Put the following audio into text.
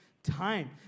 time